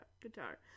guitar